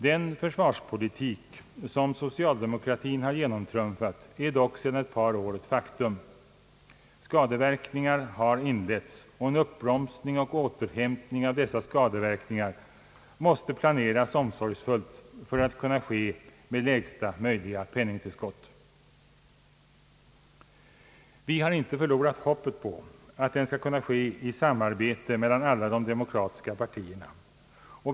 Den försvarspolitik som socialdemokratin har genomtrumfat är dock redan sedan ett par år ett faktum. Skadeverkningarna har inletts, och en uppbromsning och återhämtning av dessa skadeverkningar måste planeras omsorgsfullt för att kunna ske med lägsta möjliga penningtillskott. Vi har inte förlorat hoppet att den skall kunna ske i samarbete mellan alla de demokratiska partierna.